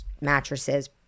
mattresses